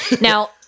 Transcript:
Now